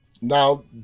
Now